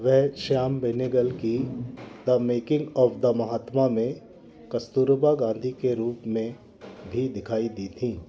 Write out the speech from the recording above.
वह श्याम बेनेगल की the making of the Mahatma में कस्तूरबा गांधी के रूप में भी दिखाई दी थीं